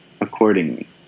accordingly